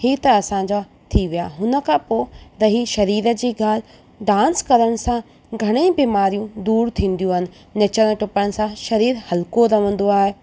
हीउ त असां जा थी विया हुन खां पोइ रही शरीर जी ॻाल्हि डांस करण सां घणेई बीमारियूं दूरि थींदियूं आहिनि नचण टुपण सां शरीर हल्को रहंदो आहे